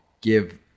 give